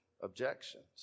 objections